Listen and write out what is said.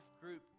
Group